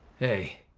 hey,